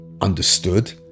understood